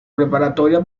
preparatoria